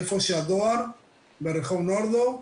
איפה שהדואר ברחוב נורדאו.